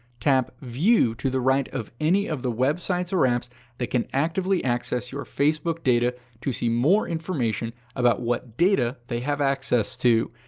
tap view to the right of any of the websites or apps that can actively access your facebook data to see more information about what data they have access to.